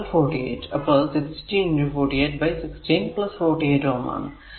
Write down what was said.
അത് അപ്പോൾ 1648 16 48 Ω ആണ്